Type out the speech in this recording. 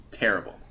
terrible